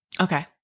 Okay